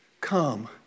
come